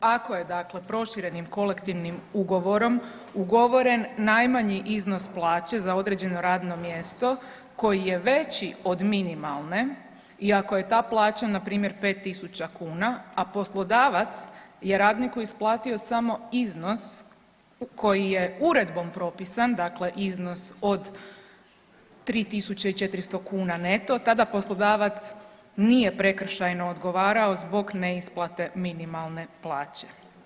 Ako je dakle proširenim kolektivnim ugovorom ugovoren najmanji iznos plaće za određeno radno mjesto koji je veći od minimalne i ako je ta plaća npr. 5.000 kuna, a poslodavac je radniku isplatio samo iznos koji je uredbom propisan, dakle iznos od 3.400 neto, tada poslodavac nije prekršajno odgovarao zbog neisplate minimalne plaće.